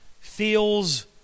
feels